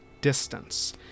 distance